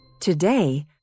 Today